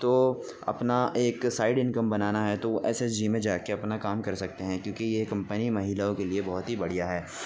تو اپنا ایک سائیڈ انکم بنانا ہے تو ایس ایچ جی میں جا کے اپنا کام کر سکتے ہیں کیونکہ یہ کمپنی مہیلاؤں کے لیے بہت ہی بڑھیا ہے